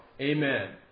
Amen